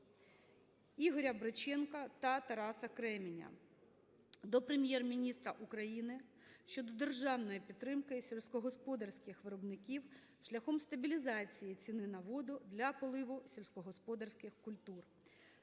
Ігоря Бриченка та Тараса Кременя до Прем'єр-міністра України щодо державної підтримки сільськогосподарських виробників шляхом стабілізації ціни на воду для поливу сільськогосподарських культур.